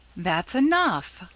that's enough,